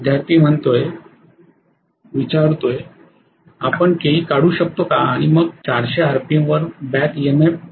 विद्यार्थी आपण Ke काढू शकतो का आणि मग 400 आरपीएम वर बॅकई एम एफ